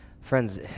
Friends